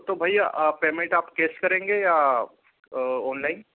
तो भैया आप पेमेंट आप कैश करेंगे या ऑनलाइन